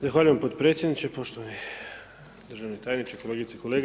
Zahvaljujem potpredsjedniče, poštovani državni tajniče, kolegice i kolege.